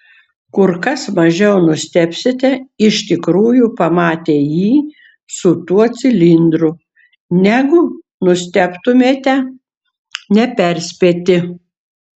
kur kas mažiau nustebsite iš tikrųjų pamatę jį su tuo cilindru negu nustebtumėte neperspėti